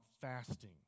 fasting